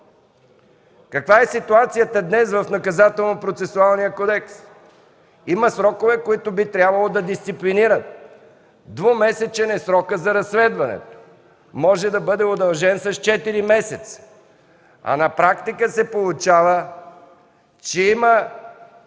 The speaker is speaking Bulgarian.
Каква е ситуацията днес в Наказателно-процесуалния кодекс? Има срокове, които би трябвало да дисциплинират. Двумесечен е срокът за разследване, може да бъде удължен с четири месеца. На практика се получава, че има